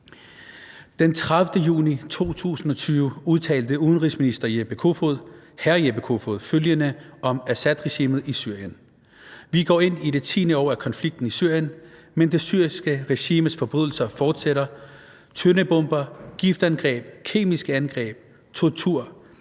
Den 30. juni 2020 udtalte udenrigsminister Jeppe Kofod følgende om Assadregimet i Syrien: »Vi går ind i 10. år af konflikten i Syrien. Men det syriske regimes forbrydelser fortsætter. Tøndebomber, giftgasangreb, kemiske angreb, tortur